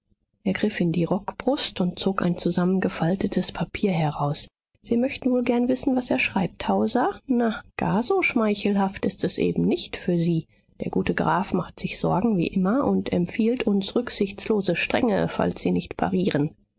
in die rockbrust und zog ein zusammengefaltetes papier heraus sie möchten wohl gerne wissen was er schreibt hauser na gar so schmeichelhaft ist es eben nicht für sie der gute graf macht sich sorgen wie immer und empfiehlt uns rücksichtslose strenge falls sie nicht parieren